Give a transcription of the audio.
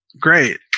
great